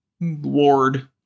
Ward